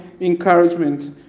encouragement